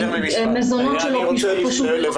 מזונות שלא שולמו.